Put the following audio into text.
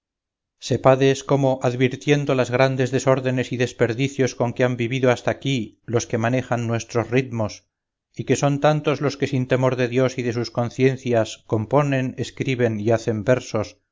consonantes sepades como advirtiendo las grandes desórdenes y desperdicios con que han vivido hasta aquí los que manejan nuestros ridmos y que son tantos los que sin temor de dios y de sus conciencias componen escriben y hacen versos